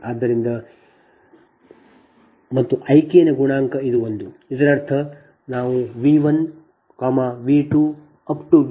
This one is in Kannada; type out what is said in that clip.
ಆದ್ದರಿಂದ ಮತ್ತು I k ನ ಗುಣಾಂಕ ಇದು ಒಂದು ಇದರರ್ಥ ನಾವು V 1 V 2